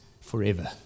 forever